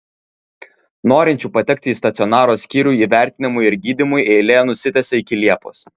norinčių patekti į stacionaro skyrių įvertinimui ir gydymui eilė nusitęsė iki liepos